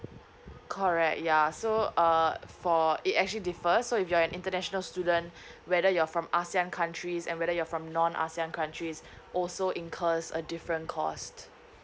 correct yeah so uh for it actually differ so if you're an international student whether you're from ASEAN countries and whether you're from non ASEAN countries also incurs a different cost